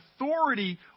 authority